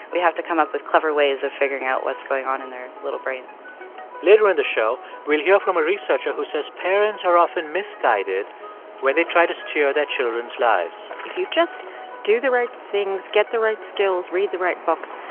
we have to come up with clever ways of figuring out what's going on in their little brains later in the show, we'll hear from a researcher who says parents are often misguided when they try to steer their children's lives if you just do the right things, get the right skills, read the right books,